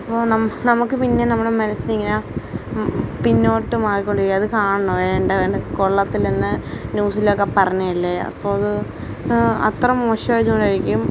അപ്പോൾ നമ് നമുക്ക് പിന്നെ നമ്മുടെ മനസിനെ ഇങ്ങനെ പിന്നോട്ട് മാറി കൊണ്ടിരിക്കും അത് കാണണം വേണ്ട വേണ്ട കൊള്ളത്തില്ലെന്ന് ന്യൂസിലൊക്കെ പറഞ്ഞതല്ലേ അത് അത്ര മോശമായത് കൊണ്ടായിരിക്കും